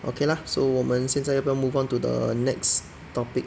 okay lah so 我们现在要不要 move on to the next topic